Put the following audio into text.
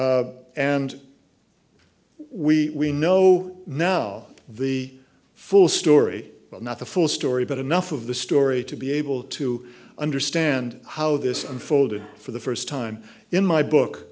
four and we know now the full story well not the full story but enough of the story to be able to understand how this unfolded for the first time in my book